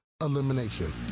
elimination